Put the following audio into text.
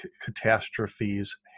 catastrophes